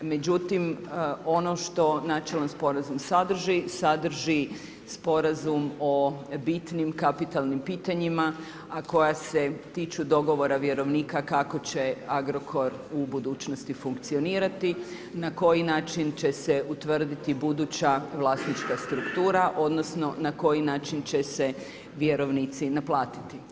Međutim ono što načelan sporazum sadrži, sadrži Sporazum o bitnim kapitalnim pitanjima a koja se tiču dogovora vjerovnika kako će Agrokor u budućnosti funkcionirati, na koji način će se utvrditi buduća vlasnička struktura, odnosno na koji način će se vjerovnici naplatiti.